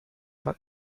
war